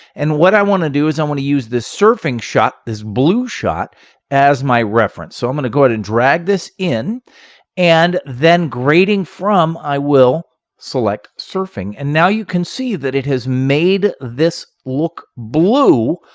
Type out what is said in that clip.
and what i want to do is i want to use this surfing shot, this blue shot as my reference. so i'm going to go ahead and drag this in and then grading from, i will select surfing. and now you can see that it has made this look blue,